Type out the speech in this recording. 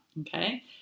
okay